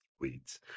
weeds